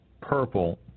purple